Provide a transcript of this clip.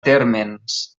térmens